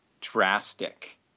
drastic